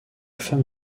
femme